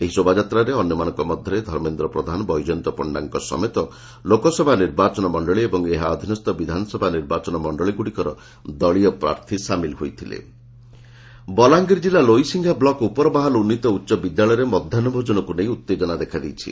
ଏହି ଶୋଭାଯାତ୍ରାରେ ଅନ୍ୟମାନଙ୍କ ମଧ୍ଧରେ ଧର୍ମେନ୍ଦ୍ର ପ୍ରଧାନ ବୈଜୟନ୍ତ ପଶ୍ବାଙ୍କ ସମେତ ଲୋକସଭା ନିର୍ବାଚନ ମଣ୍ଡଳୀ ଏବଂ ଏହା ଅଧୀନସ୍ ବିଧାନସଭା ନିର୍ବାଚନ ମଣ୍ଡଳୀଗୁଡ଼ିକର ଦଳୀୟ ପ୍ରାର୍ଥୀ ସାମିଲ ହୋଇଥଲେ ମଧ୍ୟାହ ଭୋଜନ ବଲାଙ୍ଗିର ଜିଲ୍ଲା ଲୋଇସିଂହା ବ୍ଲକ ଉପରବାହାଲ ଉନ୍ନୀତ ଉଚ ବିଦ୍ୟାଳୟରେ ମଧ୍ୟାହ ଭୋଜନକୁ ନେଇ ଉତେଜନା ଦେଖାଦେଇଛି